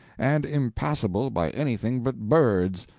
and impassable by anything but birds,